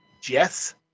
Jess